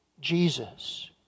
Jesus